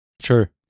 Sure